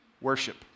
worship